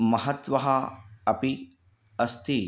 महत्त्वः अपि अस्ति